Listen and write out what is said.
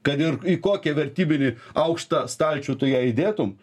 kad ir į kokią vertybinį aukštą stalčių tu ją įdėtum